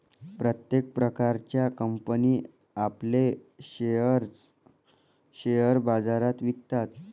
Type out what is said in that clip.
प्रत्येक प्रकारच्या कंपनी आपले शेअर्स शेअर बाजारात विकतात